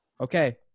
Okay